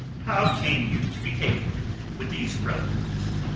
how came you to be taken with these rebels?